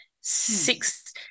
Six